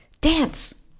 Dance